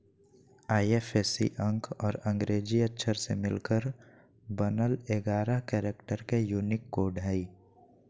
IFSC अंक और अंग्रेजी अक्षर से मिलकर बनल एगारह कैरेक्टर के यूनिक कोड हइ